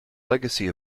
legacy